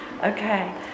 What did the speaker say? Okay